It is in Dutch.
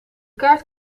kaart